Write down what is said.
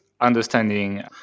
understanding